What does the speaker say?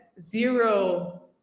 zero